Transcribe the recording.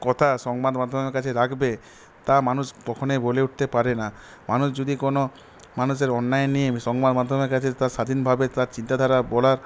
কথা সংবাদ মাধ্যমের কাছে রাখবে তা মানুষ কখনই বলে উঠতে পারে না মানুষ যদি কোনো মানুষের অন্যায় নিয়ে সংবাদমাধ্যমের কাছে তার স্বাধীনভাবে তার চিন্তাধারা বলার